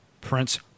Prince